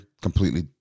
completely